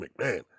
McMahon